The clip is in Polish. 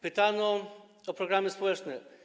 Pytano o programy społeczne.